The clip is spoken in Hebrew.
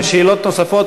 היו שאלות נוספות.